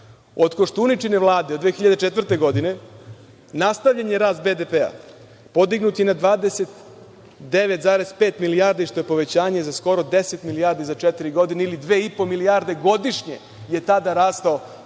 Od Koštuničine Vlade 2004. godine nastavljen je rast BDP, podignut je na 29,5 milijardi, što je povećanje za skoro 10 milijardi za četiri godine ili 2,5 milijarde godišnje je tada rastao